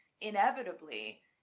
inevitably